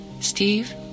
Steve